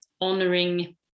honoring